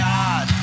God